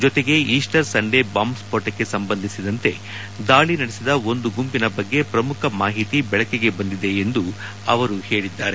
ಜತೆಗೆ Easter Sunday bomb ಸ್ಫೋಟಕ್ಕೆ ಸಂಬಂಧಿಸಿದಂತೆ ದಾಳಿ ನಡೆಸಿದ ಒಂದು ಗುಂಪಿನ ಬಗ್ಗೆ ಪ್ರಮುಖ ಮಾಹಿತಿ ಬೆಳಕಿಗೆ ಬಂದಿದೆ ಎಂದಿದ್ದಾರೆ